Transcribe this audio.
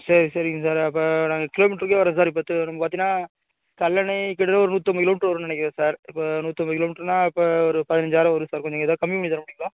சரி சரிங்க சார் அப்போ நாங்கள் கிலோமீட்ருக்கே வரோம் சார் இப்போ து பார்த்தீன்னா கல்லணைக்கிடையோ ஒரு நூற்றம்பது கிலோமீட்டர் வரும் நினைக்கிறேன் சார் இப்போ நூற்றம்பது கிலோமீட்ருன்னா இப்போ ஒரு பதினஞ்சாயிரம் வரும் சார் கொஞ்சம் ஏதாவது கம்மி பண்ணி தர முடியுங்களா